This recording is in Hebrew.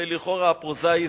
ולכאורה הפרוזאי,